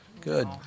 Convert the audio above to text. Good